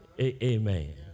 Amen